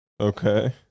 Okay